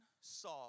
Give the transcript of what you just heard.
saw